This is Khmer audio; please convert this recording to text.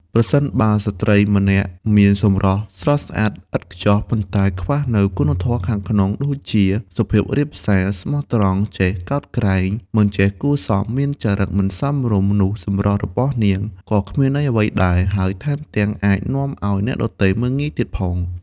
ប្រសិនបើស្ត្រីម្នាក់មានសម្រស់ស្រស់ស្អាតឥតខ្ចោះ ប៉ុន្តែខ្វះនូវគុណធម៌ខាងក្នុងដូចជា សុភាពរាបសារ ស្មោះត្រង់ ចេះកោតក្រែង មិនចេះគួរសម ឫមានចរិតមិនសមរម្យ នោះសម្រស់របស់នាងក៏គ្មានន័យអ្វីដែរ ហើយថែមទាំងអាចនាំឱ្យអ្នកដទៃមើលងាយទៀតផង។